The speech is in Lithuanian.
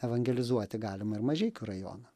evangelizuoti galima ir mažeikių rajoną